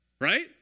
right